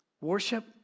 Worship